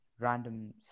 random